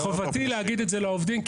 חובתי היא להגיד את זה לעובדים,